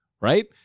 Right